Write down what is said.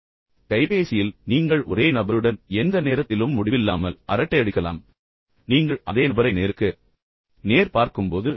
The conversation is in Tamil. எனவே கைபேசியில் நீங்கள் ஒரே நபருடன் எந்த நேரத்திலும் முடிவில்லாமல் அரட்டையடிக்கலாம் ஆனால் நீங்கள் அதே நபரை நேருக்கு நேர் பார்க்கும்போது